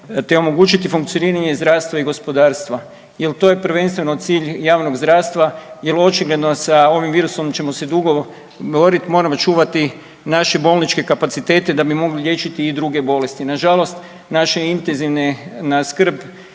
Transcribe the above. te omogućiti funkcioniranje zdravstva i gospodarstva, jer to je prvenstveno cilj javnog zdravstva. Jer očigledno sa ovim virusom ćemo se dugo boriti. Moramo čuvati naše bolničke kapacitete da bi mogli liječiti i druge bolesti. Na žalost naša intenzivna skrb